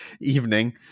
evening